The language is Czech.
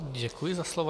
Děkuji za slovo.